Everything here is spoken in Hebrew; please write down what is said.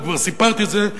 וכבר סיפרתי את זה,